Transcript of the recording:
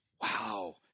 wow